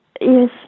yes